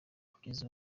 kugeza